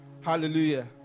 Hallelujah